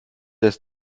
erst